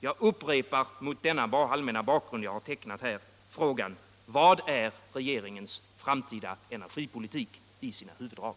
Jag upprepar mot den allmänna bakgrund jar har tecknat här frågan: Vad är regeringens framtida energipolitik i sina huvuddrag?